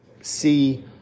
see